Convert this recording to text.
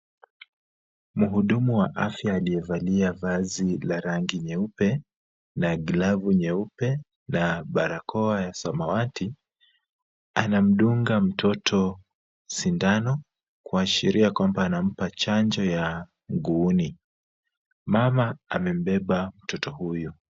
Mhudumu wa afya aliyevalia vazi la rangi nyeupe, na glavu nyeupe na barakoa ya samawati, ana mdunga mtoto sindano, kuashiria kwamba anampa chanjo ya mnguni, mama amebeba mtoto huyu.